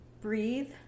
breathe